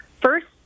First